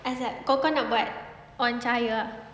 asal kau kau nak buat on cahaya ah